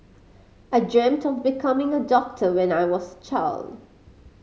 I dreamt of becoming a doctor when I was child